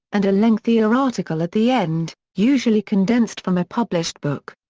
and a lengthier article at the end, usually condensed from a published book.